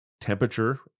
temperature